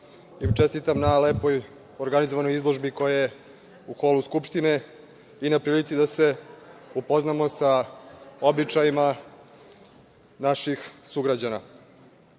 im čestitam na lepo organizovanoj izložbi koja je u holu Skupštine i na prilici da se upoznamo sa običajima naših sugrađana. Takođe